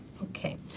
Okay